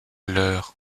leur